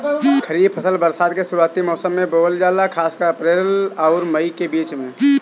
खरीफ फसल बरसात के शुरूआती मौसम में बोवल जाला खासकर अप्रैल आउर मई के बीच में